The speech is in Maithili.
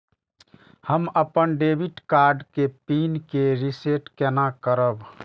हम अपन डेबिट कार्ड के पिन के रीसेट केना करब?